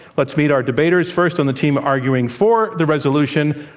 let's meet our debaters. first, on the team arguing for the resolution,